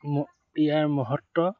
ইয়াৰ মহত্ত